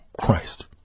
Christ